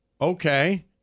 Okay